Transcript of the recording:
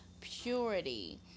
purity